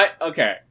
okay